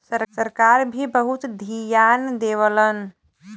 सरकार भी बहुत धियान देवलन